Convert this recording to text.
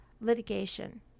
litigation